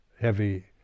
heavy